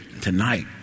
Tonight